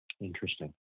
Interesting